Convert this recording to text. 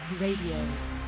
Radio